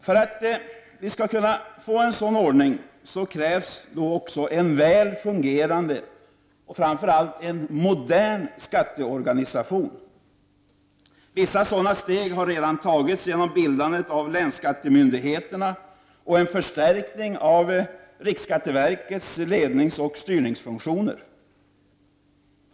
För att vi skall få en sådan ordning krävs en väl fungerande och framför allt modern skatteorganisation. Vissa sådana steg har redan tagits genom bildandet av länsskattemyndigheterna och genom en förstärkning av riksskatteverkets ledningsoch styrningsfunktioner.